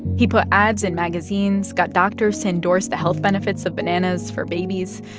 he put ads in magazines, got doctors to endorse the health benefits of bananas for babies,